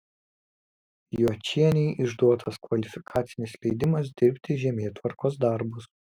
juočienei išduotas kvalifikacinis leidimas dirbti žemėtvarkos darbus